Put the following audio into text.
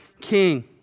king